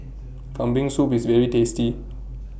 Kambing Soup IS very tasty